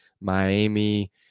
Miami